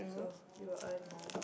so you earn more